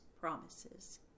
promises